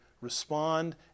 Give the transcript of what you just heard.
respond